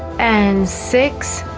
and six